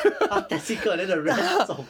!huh! test 一个 then the rest 中